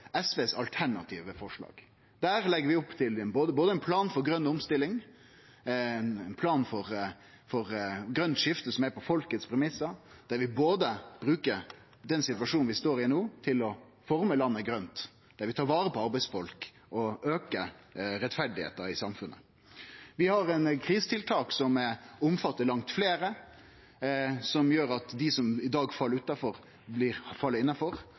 SVs alternative forslag. Der legg vi opp til både ein plan for grøn omstilling og ein plan for eit grønt skifte på folket sine premissar, der vi både bruker den situasjonen vi står i no, til å forme landet grønt, og tar vare på arbeidsfolk og aukar rettferda i samfunnet. Vi har krisetiltak som omfattar langt fleire, som gjer at dei som i dag fell utanfor, fell innanfor,